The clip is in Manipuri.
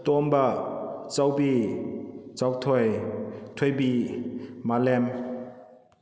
ꯇꯣꯝꯕ ꯆꯧꯕꯤ ꯆꯥꯎꯊꯣꯏ ꯊꯣꯏꯕꯤ ꯃꯥꯂꯦꯝ